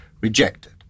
rejected